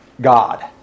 God